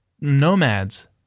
nomads